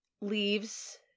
leaves